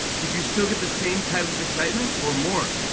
did you still get the same type of excitement or more?